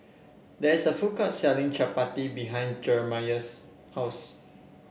there is a food court selling Chapati behind Jeremey's house